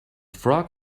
frog